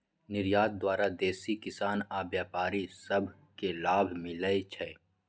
निर्यात द्वारा देसी किसान आऽ व्यापारि सभ के लाभ मिलइ छै